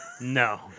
No